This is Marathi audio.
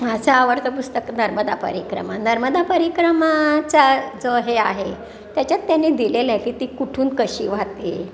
माझं आवडतं पुस्तक नर्मदा परिक्रमा नर्मदा परिक्रमाचा जो हे आहे त्याच्यात त्यांनी दिलेलं आहे की ती कुठून कशी वाहते